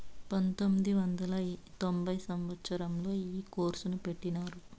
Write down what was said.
పంతొమ్మిది వందల తొంభై సంవచ్చరంలో ఈ కోర్సును పెట్టినారు